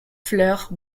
fleurs